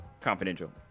confidential